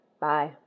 Bye